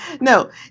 No